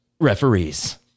referees